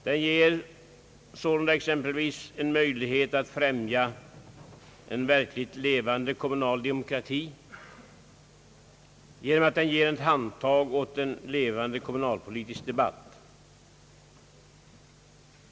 Den ger exempelvis en möjlighet att främja en verkligt levande demokrati genom att den ger ett handtag åt en levande kommunalpolitisk debatt.